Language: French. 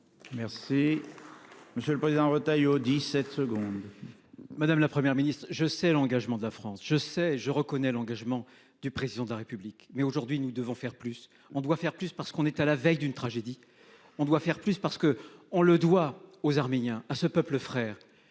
Merci. Monsieur le Président Retailleau 17 secondes. Madame, la Première ministre je sais l'engagement de la France. Je sais, je reconnais l'engagement du président de la République, mais aujourd'hui, nous devons faire plus, on doit faire plus parce qu'on est à la veille d'une tragédie, on doit faire plus parce que on le doit aux Arméniens à ce peuple frère